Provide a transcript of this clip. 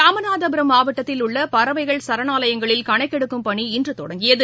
ராமநாதபுரம் மாவட்டத்தில் உள்ளபறவைகள் சரணாலயங்களில் கணக்கெடுக்கும் பணி இன்றதொடங்கியது